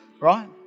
right